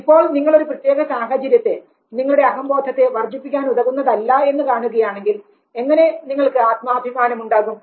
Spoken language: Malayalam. ഇപ്പോൾ നിങ്ങൾ ഒരു പ്രത്യേക സാഹചര്യത്തെ നിങ്ങളുടെ അഹംബോധത്തെ വർധിപ്പിക്കാനുതകുന്നകല്ല എന്ന് കാണുകയാണെങ്കിൽ എങ്ങനെ നിങ്ങൾക്ക് ആത്മാഭിമാനം ഉണ്ടാകും